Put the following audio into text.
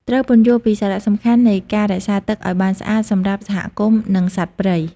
ត្រូវពន្យល់ពីសារៈសំខាន់នៃការ រក្សាទឹក ឱ្យបានស្អាតសម្រាប់សហគមន៍និងសត្វព្រៃ។